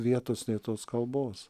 vietos nei tos kalbos